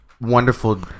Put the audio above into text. wonderful